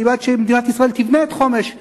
אני בעד שמדינת ישראל תבנה את חומש מחדש.